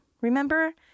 remember